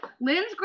Lynn's